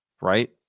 Right